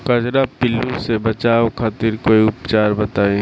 कजरा पिल्लू से बचाव खातिर कोई उपचार बताई?